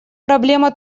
проблема